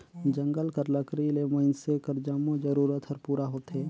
जंगल कर लकरी ले मइनसे कर जम्मो जरूरत हर पूरा होथे